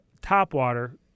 topwater